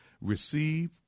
Receive